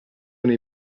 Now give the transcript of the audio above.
nei